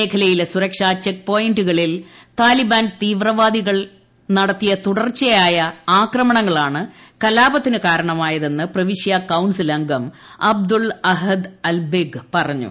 മേഖലയിലെ സുരക്ഷാ ചെക്ക് പോയിന്റുകളിൽ താലിബാൻ തീവ്രവാദികളിൽ നടത്തിയ തുടർച്ചയായ ആക്രമണങ്ങളാണ് കലാപത്തിന് കാരണമായതെന്ന് പ്രവിശ്യ കൌൺസിൽ അംഗം അബ്ദുൾ അഹദ് അൽബെഗ് പറഞ്ഞു